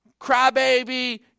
crybaby